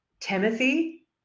Timothy